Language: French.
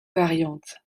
variantes